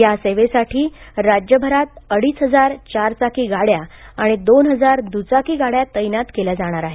या सेवेसाठी राज्यभरात अडीच हजार चार चाकी गाड्या आणि दोन हजार दुचाकी गाड्या तैनात केल्या जाणार आहेत